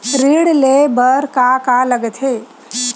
ऋण ले बर का का लगथे?